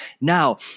Now